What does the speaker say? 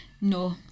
no